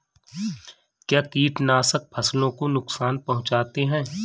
क्या कीटनाशक फसलों को नुकसान पहुँचाते हैं?